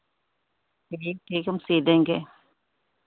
चलिए ठीक हम सिल देंगे